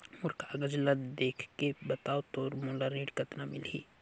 मोर कागज ला देखके बताव तो मोला कतना ऋण मिलही?